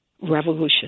revolution